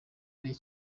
ari